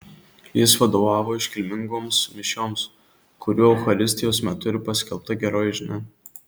jis vadovavo iškilmingoms mišioms kurių eucharistijos metu ir paskelbta geroji žinia